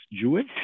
Jewish